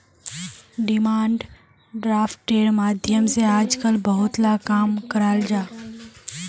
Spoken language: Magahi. डिमांड ड्राफ्टेर माध्यम से आजकल बहुत ला काम कराल जाहा